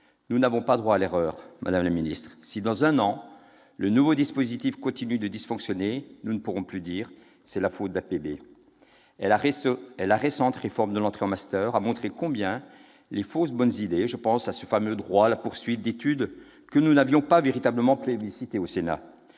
Nous n'avons pas le droit à l'erreur, madame la ministre : si, dans un an, le nouveau dispositif continue de dysfonctionner, nous ne pourrons plus dire :« C'est la faute d'APB »... Et la récente réforme de l'entrée en master a montré combien les fausses bonnes idées- je pense à ce fameux « droit à la poursuite d'études », que nous n'avions pas véritablement plébiscité au Sénat